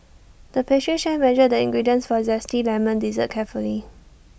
the pastry chef measured the ingredients for A Zesty Lemon Dessert carefully